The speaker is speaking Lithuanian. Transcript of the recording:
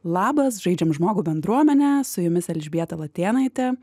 labas žaidžiam žmogų bendruomene su jumis elžbieta latėnaitė